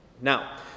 Now